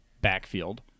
backfield